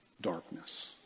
Darkness